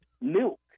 milk